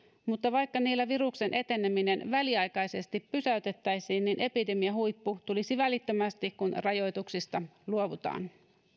mutta vaikka niillä viruksen eteneminen väliaikaisesti pysäytettäisiin niin epidemiahuippu tulisi välittömästi kun rajoituksista luovutaan